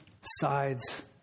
sides